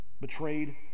betrayed